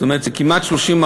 זאת אומרת, זה כמעט 30%,